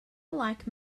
like